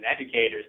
educators